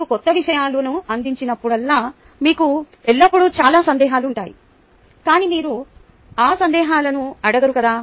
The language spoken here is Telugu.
మీకు క్రొత్త విషయాలను అందించినప్పుడల్లా మీకు ఎల్లప్పుడూ చాలా సందేహాలు ఉంటాయి కానీ మీరు ఆ సందేహాలను అడగరు కదా